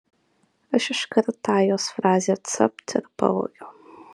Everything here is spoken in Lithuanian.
aš iškart tą jos frazę capt ir pavogiau